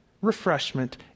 refreshment